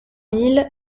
mille